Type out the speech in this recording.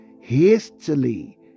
hastily